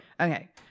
okay